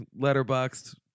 letterboxed